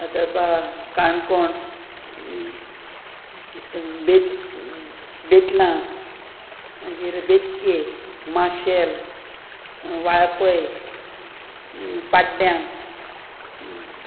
फातरपा काणकोण बे बेतलां मागीर बेतके माशेल वाळपय पाड्ड्यां